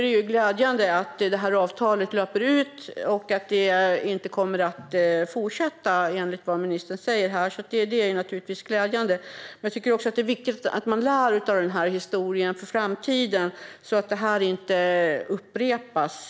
Det är glädjande att avtalet löper ut och inte kommer att fortsätta, enligt vad ministern säger här. Men det är också viktigt att man lär av denna historia för framtiden, så att detta inte upprepas.